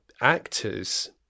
actors